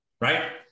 Right